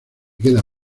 queda